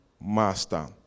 master